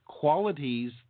qualities